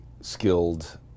skilled